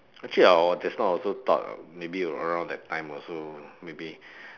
actually hor just now I also thought maybe around that time also maybe